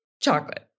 chocolate